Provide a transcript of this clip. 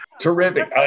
Terrific